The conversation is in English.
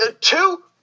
Two